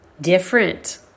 different